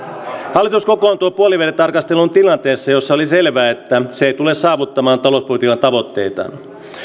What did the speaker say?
hallitus kokoontui puolivälitarkasteluun tilanteessa jossa oli selvää että se ei tule saavuttamaan talouspolitiikan tavoitteitaan riihen